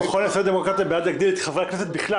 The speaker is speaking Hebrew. המכון הישראלי לדמוקרטיה בעד להגדיל את מספר חברי הכנסת בכלל,